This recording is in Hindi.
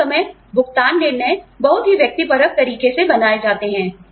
बहुत समय भुगतान निर्णय बहुत ही व्यक्तिपरक तरीके से बनाए जाते हैं